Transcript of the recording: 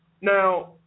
Now